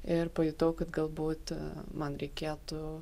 ir pajutau kad galbūt man reikėtų